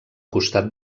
costat